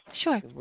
Sure